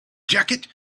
jacket